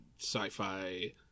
sci-fi